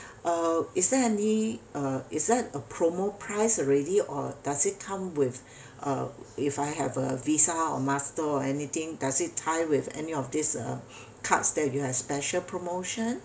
uh is there any uh is that a promo price already or does it come with a if I have a Visa or master or anything does it tie with any of this uh cards that you have special promotion